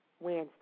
Wednesday